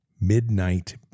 Midnight